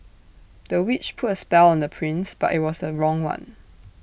the witch put A spell on the prince but IT was A wrong one